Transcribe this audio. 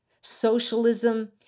Socialism